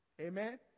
Amen